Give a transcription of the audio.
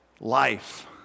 life